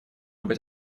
быть